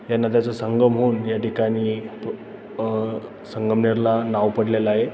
या नद्याचा संगम होऊन या ठिकाणी संगमनेरला नाव पडलेलं आहे